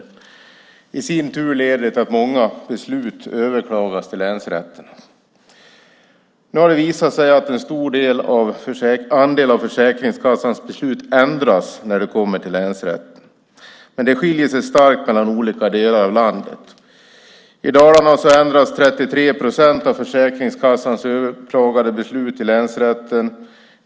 Detta i sin tur leder till att många beslut överklagas till länsrätterna. Nu har det visat sig att en stor andel av Försäkringskassans beslut ändras när de tas upp i länsrätten. Men det skiljer sig starkt åt i olika delar av landet. I Dalarna ändras 33 procent av Försäkringskassans överklagade beslut i länsrätten.